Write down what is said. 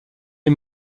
est